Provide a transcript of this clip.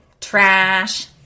trash